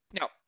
no